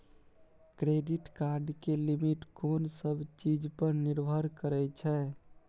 Credit card के limit कोन सब चीज पर निर्भर करै छै?